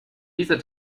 dieser